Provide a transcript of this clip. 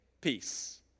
peace